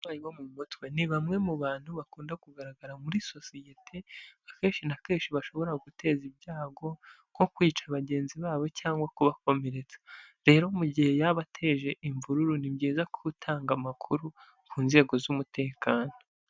Abarwayi bo mu mutwe ni bamwe mu bantu bakunda kugaragara muri sosiyete akenshi na kenshi bashobora guteza ibyago nko kwica bagenzi babo cyangwa kubakomeretsa, rero mu gihe yaba ateje imvururu ni byiza kuba utanga amakuru ku nzego z'umutekano.